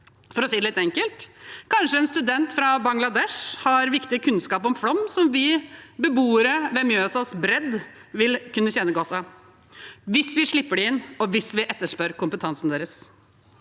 For å si det litt enkelt: Kanskje en student fra Bangladesh har viktig kunnskap om flom som vi beboere ved Mjøsas bredd vil kunne nyte godt av, hvis vi slipper dem inn, og hvis vi etterspør kompetansen deres.